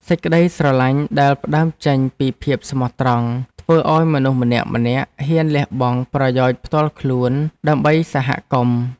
សេចក្តីស្រឡាញ់ដែលផ្ដើមចេញពីភាពស្មោះត្រង់ ធ្វើឱ្យមនុស្សម្នាក់ៗហ៊ានលះបង់ប្រយោជន៍ផ្ទាល់ខ្លួនដើម្បីសហគមន៍។